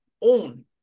own